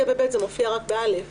בסעיף קטן (ב) זה מופיע רק בסעיף קטן (א).